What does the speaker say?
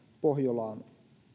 pohjolaan